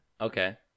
okay